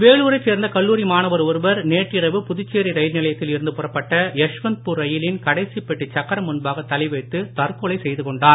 வேலூரைச் சேர்ந்த கல்லூரி மாணவர் ஒருவர் நேற்றிரவு புதுச்சேரி ரயில் நிலையத்தில் இருந்து புறப்பட்ட யஷ்வந்த்பூர் ரயிலின் கடைசிப் பெட்டிச் சக்கரம் முன்பாக தலைவைத்து தற்கொலை செய்து கொண்டார்